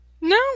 No